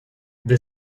the